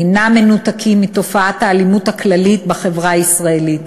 אינם מנותקים מתופעת האלימות הכללית בחברה הישראלית.